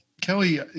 Kelly